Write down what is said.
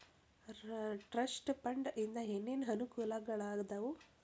trust fund ಇಂದ ಏನೇನ್ ಅನುಕೂಲಗಳಾದವ